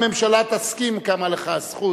אם הממשלה תסכים, קמה לך הזכות.